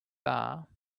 are